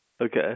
Okay